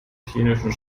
klinischen